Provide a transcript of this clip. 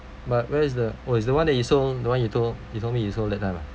but where is the oh is the one that you sold the one you told you told me you sold that time ah